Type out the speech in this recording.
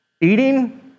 eating